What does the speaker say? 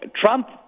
Trump